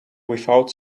without